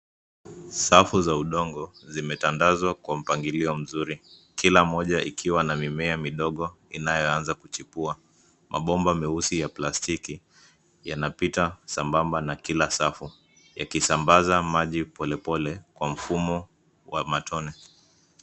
Safu za udongo zimetandazwa kwa mpangilio mzuri. Kila moja ikiwa na mimea midogo inayoanza kuchipua. Mabomba meusi ya plastiki yanapita sambamba na kila safu, yakisambaza maji polepole kwa mfumo wa matone.